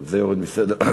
גם זה יורד מסדר-היום.